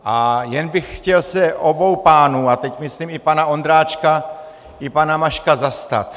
A jen bych chtěl se obou pánů, a teď myslím i pana Ondráčka i pana Maška, zastat.